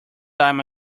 time